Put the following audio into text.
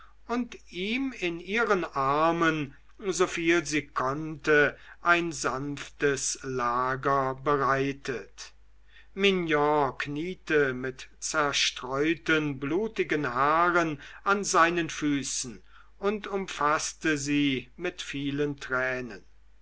und ihm in ihren armen soviel sie konnte ein sanftes lager bereitet mignon kniete mit zerstreuten blutigen haaren an seinen füßen und umfaßte sie mit vielen tränen